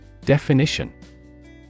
Definition